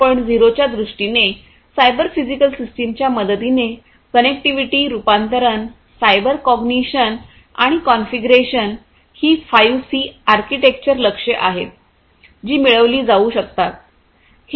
0 च्या दृष्टीने cyber physical सिस्टमच्या मदतीने कनेक्टिव्हिटी रूपांतरण सायबर कॉग्निशन आणि कॉन्फिगरेशन ही 5C सी आर्किटेक्चर लक्ष्ये आहेत जी मिळविली जाऊ शकतात